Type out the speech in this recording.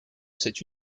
cette